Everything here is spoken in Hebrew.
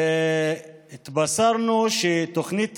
התבשרנו שתוכנית היל"ה,